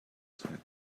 said